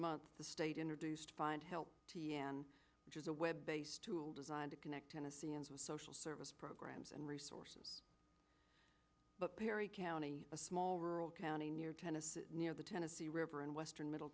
month the state introduced find help t n which is a web based tool designed to connect tennesseans with social service programs and resources but perry county a small rural county near tennessee near the tennessee river and western middle